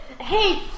hey